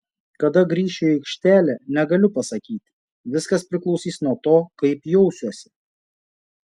kada grįšiu į aikštelę negaliu pasakyti viskas priklausys nuo to kaip jausiuosi